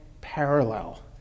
parallel